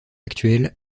actuelle